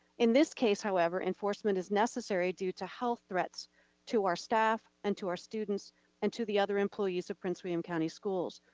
in this case, however, enforcement is necessary due to health threats to our staff and to our students and to the other employees of prince william county schools.